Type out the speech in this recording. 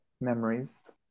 memories